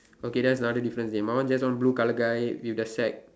okay that's another difference dey my one just one blue colour guy with the sack